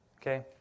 Okay